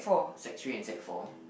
Sec three and Sec four